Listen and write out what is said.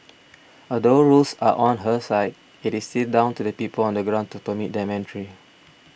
although rules are on her side it is still down to the people on the ground to permit them entry